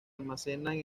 almacenan